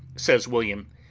says william,